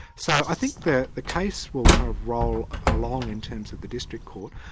so i think the the case will kind of roll along in terms of the district court.